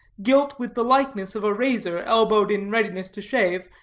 gilt with the likeness of a razor elbowed in readiness to shave,